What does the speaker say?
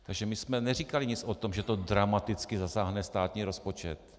Takže my jsme neříkali nic o tom, že to dramaticky zasáhne státní rozpočet.